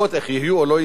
איך יהיו או לא יהיו,